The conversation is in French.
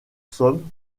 somme